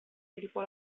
filippo